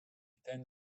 thin